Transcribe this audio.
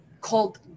called